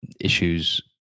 issues